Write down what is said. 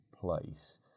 place